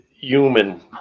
human